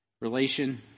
relation